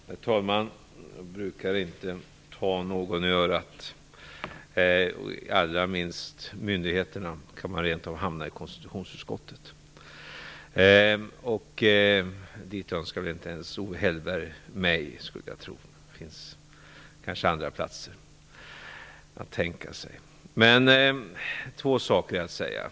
Herr talman! Jag brukar inte ta någon i örat, allra minst myndigheterna. Annars kan man lätt hamna inför konstitutionsutskottet. Dit önskar väl inte ens Owe Hellberg mig, skulle jag tro. Det finns kanske andra platser att tänka sig. Men två saker har jag att säga.